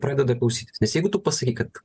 pradeda klausytis nes jeigu tu pasakei kad